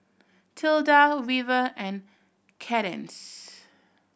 Tilda Weaver and Cadence